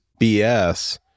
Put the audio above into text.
BS